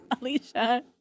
Alicia